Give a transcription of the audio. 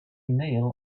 kneel